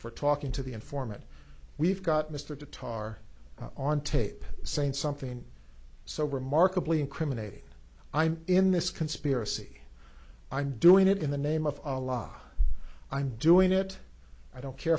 for talking to the informant we've got mr to tar on tape saying something so remarkably incriminating i'm in this conspiracy i'm doing it in the name of a law i'm doing it i don't care